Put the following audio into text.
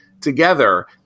together